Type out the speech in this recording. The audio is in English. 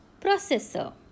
processor